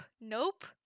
nope